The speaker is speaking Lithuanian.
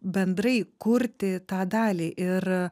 bendrai kurti tą dalį ir